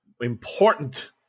important